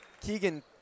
Keegan